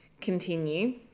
continue